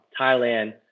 Thailand